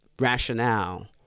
rationale